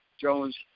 Jones